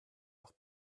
doch